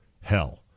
hell